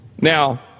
Now